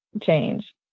change